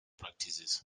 practices